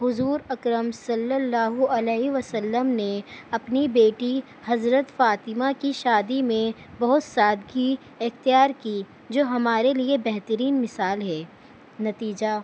حضور اکرم صلی اللہ علیہ وسلم نے اپنی بیٹی حضرت فاطمہ کی شادی میں بہت سادگی اختیار کی جو ہمارے لیے بہترین مثال ہے نتیجہ